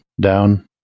down